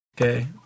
Okay